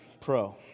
pro